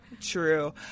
True